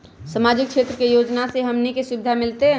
सामाजिक क्षेत्र के योजना से हमनी के की सुविधा मिलतै?